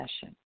session